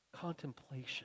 contemplation